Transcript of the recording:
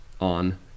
on